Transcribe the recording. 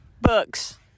Books